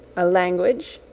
a language,